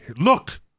Look